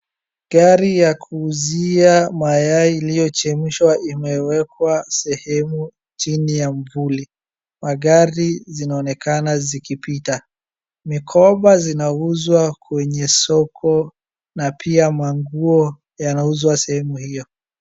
Gari ya kuuzia mayai iliochemshwa imewekwa sehemu chini ya mvuli. Magari zinaonekana zikipita. Mikoba zinauzwa kwenye soko na pia manguo yanauzwa sehemu hio.